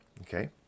Okay